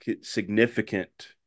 significant